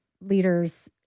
leaders